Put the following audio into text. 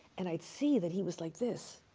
and i'd see that he was like this.